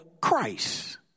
Christ